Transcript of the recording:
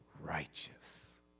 righteous